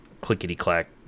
clickety-clack